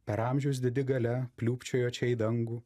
per amžius didi galia pliupčiojo čia į dangų